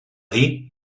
dir